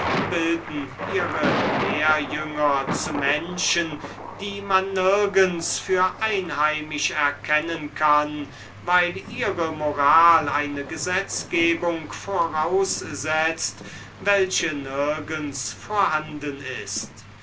bilden ihre lehrjünger zu menschen die man nirgends für einheimisch erkennen kann weil ihre moral eine gesetzgebung voraussetzt welche nirgends vorhanden ist